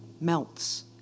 melts